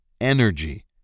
energy